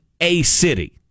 A-City